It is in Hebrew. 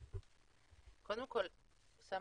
קודם כל, אוסאמה,